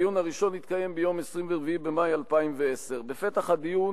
הדיון הראשון התקיים ביום 24 במאי 2010. בפתח הדיון